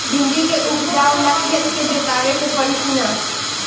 भिंदी के उपजाव ला खेत के जोतावे के परी कि ना?